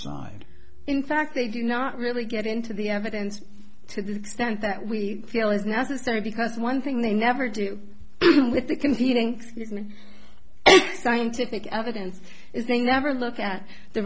side in fact they do not really get into the evidence to the extent that we feel is necessary because one thing they never do with the competing scientific evidence is they never look at the